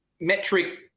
metric